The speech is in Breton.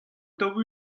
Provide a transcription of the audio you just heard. daou